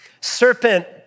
serpent